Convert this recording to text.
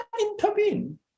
intervene